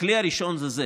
הכלי הראשון הוא זה,